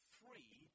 Three